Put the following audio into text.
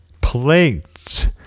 plates